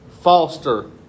foster